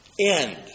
end